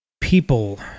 People